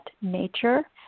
nature